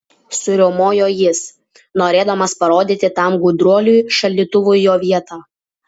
suriaumojo jis norėdamas parodyti tam gudruoliui šaldytuvui jo vietą